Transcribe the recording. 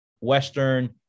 Western